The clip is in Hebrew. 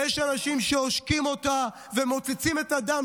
ויש אנשים שעושקים אותה ומוצצים את הדם